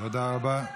תודה רבה.